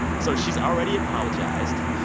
so she's already apologized.